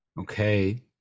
Okay